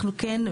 אנחנו כן,